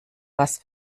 was